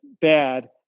bad